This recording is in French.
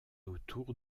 autour